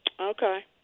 Okay